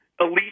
elite